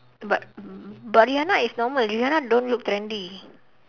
but but rihanna is normal rihanna don't look trendy